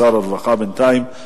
שר הרווחה בינתיים,